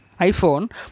iPhone